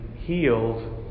healed